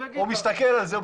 הוא מסתכל על זה,